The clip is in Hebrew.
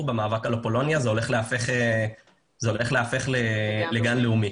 עכשיו במאבק על אפולוניה והמקום הולך להפוך לגן לאומי.